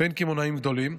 בין קמעונאים גדולים,